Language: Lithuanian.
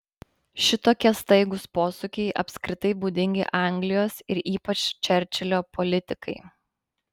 šitokie staigūs posūkiai apskritai būdingi anglijos ir ypač čerčilio politikai